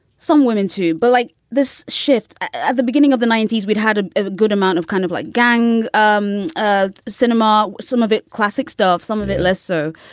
some women, too. but like this shift at the beginning of the ninety s, we'd had a good amount of kind of like gang um cinema, some of it classic stuff, some of it less so.